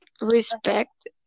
respect